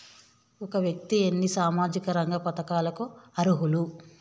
ఒక వ్యక్తి ఎన్ని సామాజిక రంగ పథకాలకు అర్హులు?